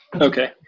Okay